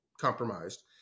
compromised